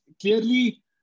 Clearly